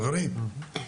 חברים,